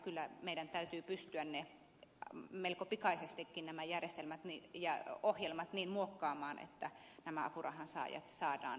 kyllä meidän täytyy pystyä melko pikaisestikin nämä järjestelmät ja ohjelmat niin muokkaamaan että nämä apurahansaajat saadaan mukaan